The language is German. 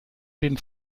den